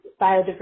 biodiversity